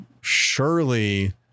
surely